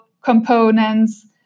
components